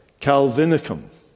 calvinicum